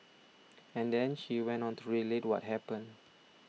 and then she went on to relate what happened